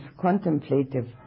contemplative